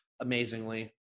amazingly